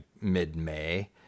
mid-May